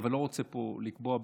אבל אני לא רוצה לקבוע פה,